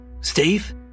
Steve